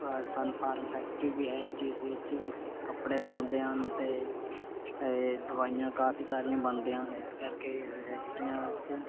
ਸਨ Pharma factory ਵੀ ਹੈ ਜਿਸ ਵਿੱਚ ਕੱਪੜੇ ਬਣਦੇ ਹਨ ਅਤੇ ਦਵਾਈਆਂ ਕਾਫੀ ਸਾਰੀਆਂ ਬਣਦੀਆਂ ਹਨ ਇਸ ਕਰਕੇ ਫੈਕਟਰੀਆਂ ਵਿੱਚ